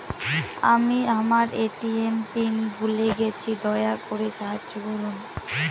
আমি আমার ATM PIN ভুলে গেছি, দয়া করে সাহায্য করুন